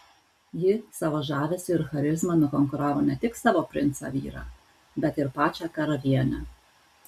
ji savo žavesiu ir charizma nukonkuravo ne tik savo princą vyrą bet ir pačią karalienę